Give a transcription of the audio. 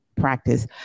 practice